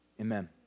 Amen